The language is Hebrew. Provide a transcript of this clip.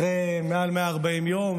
אחרי מעל 140 יום,